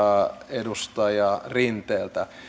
edustaja rinteeltä